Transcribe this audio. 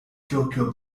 tokyo